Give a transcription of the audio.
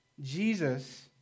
Jesus